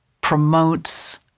promotes